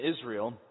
Israel